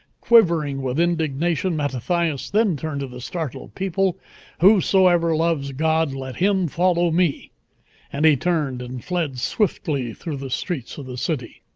quivering with indignation mattathias then turned to the startled people whosoever loves god, let him follow me and he turned and fled swiftly through the streets of the city.